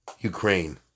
Ukraine